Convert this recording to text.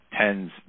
tens